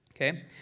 okay